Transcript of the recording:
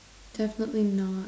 definitely not